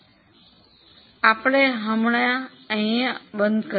તેથી આ સાથે આપણે અહીં બંધ કરીશું